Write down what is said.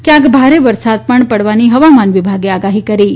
ક્યાંક ભારે વરસાદ પણ પડવાની હવામાન વિભાગે આગાહી કરી છે